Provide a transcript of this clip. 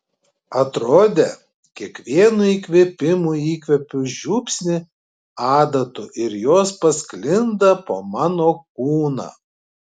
atrodė kiekvienu įkvėpimu įkvepiu žiupsnį adatų ir jos pasklinda po mano kūną